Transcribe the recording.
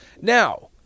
Now